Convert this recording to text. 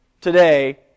today